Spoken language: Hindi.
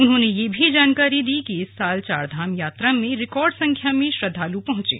उन्होंने ये भी जानकारी दी कि इस साल चारधाम यात्रा में रिकार्ड संख्या में श्रद्वालु पहुंचे